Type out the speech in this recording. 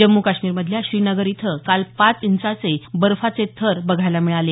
जम्मू कश्मीरमधल्या श्रीनगर इथं काल पाच इंचाचे बर्फाचे थर बघायला मिळाले